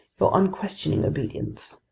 your unquestioning obedience.